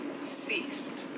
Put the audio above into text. ceased